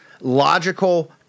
logical